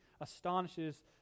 astonishes